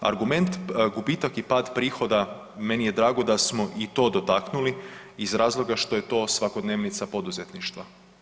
Argument gubitak i pad prihoda, meni je drago da smo i to dotaknuli iz razloga što je to svakodnevnica poduzetništva.